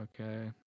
Okay